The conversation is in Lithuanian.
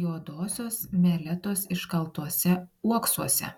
juodosios meletos iškaltuose uoksuose